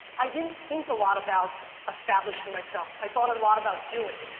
i didn't think a lot about establishing myself. i thought a lot about doing.